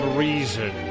reason